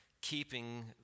keeping